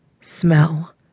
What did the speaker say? Smell